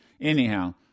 anyhow